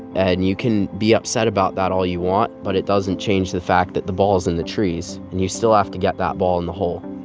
and you can be upset about that all you want, but it doesn't change the fact that the ball is in the trees. and you still have to get that ball in the hole.